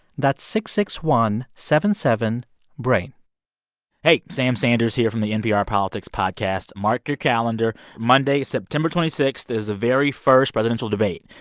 that's six six one seventy seven brain hey, sam sanders here from the npr politics podcast. mark your calendar. monday, september twenty six, is the very first presidential debate.